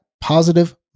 positive